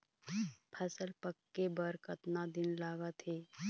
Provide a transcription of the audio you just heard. फसल पक्के बर कतना दिन लागत हे?